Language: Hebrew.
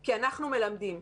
כי אנחנו מלמדים.